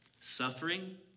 suffering